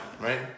right